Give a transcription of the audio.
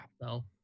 No